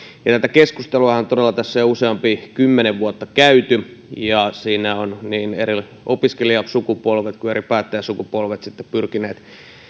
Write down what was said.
tätä keskustelua on todella jo useampi kymmenen vuotta käyty ja siinä ovat niin eri opiskelijasukupolvet kuin eri päättäjäsukupolvet pyrkineet